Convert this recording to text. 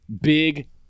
Big